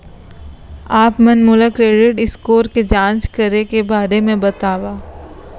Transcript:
आप मन मोला क्रेडिट स्कोर के जाँच करे के बारे म बतावव?